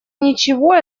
ничего